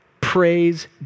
Praise